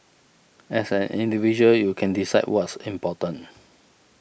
as an individual you can decide what's important